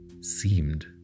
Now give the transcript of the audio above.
seemed